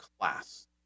class